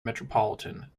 metropolitan